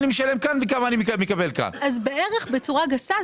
בצורה גסה,